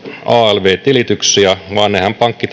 alv tilityksiä vaan nehän pankki